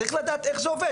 צריך לדעת איך זה עובד.